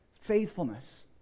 faithfulness